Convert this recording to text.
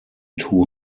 two